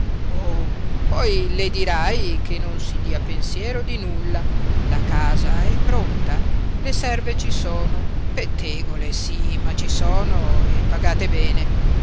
poi le dirai che non si dia pensiero di nulla la casa è pronta le serve ci sono pettegole sí ma ci sono e pagate bene